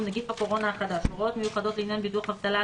(נגיף הקורונה החדש) (הוראות מיוחדות לעניין ביטוח אבטלה),